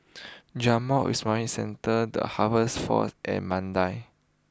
Jamiyah Islamic Centre the Harvest Force and Mandai